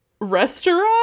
Restaurant